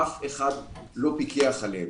אף אחד לא פיקח עליהן.